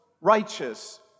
righteous